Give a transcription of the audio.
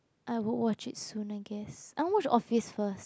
I would watch it soon I guess I want to watch it first